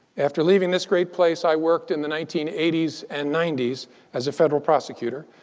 after leaving this great place, i worked in the nineteen eighty s and ninety s as a federal prosecutor.